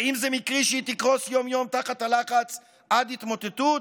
האם זה מקרי שהיא תקרוס יום-יום תחת הלחץ עד התמוטטות?